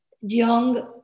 young